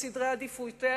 עם סדרי עדיפויותיה.